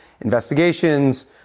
investigations